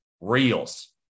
Reels